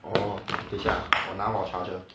orh 等下我拿我的 charger